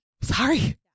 Sorry